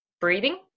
breathing